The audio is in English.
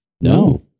No